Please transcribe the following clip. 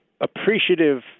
appreciative